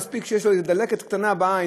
מספיק שיש לו איזו דלקת קטנה בעין,